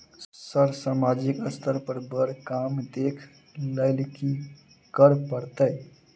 Sir सामाजिक स्तर पर बर काम देख लैलकी करऽ परतै?